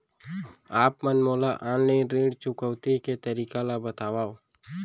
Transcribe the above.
आप मन मोला ऑनलाइन ऋण चुकौती के तरीका ल बतावव?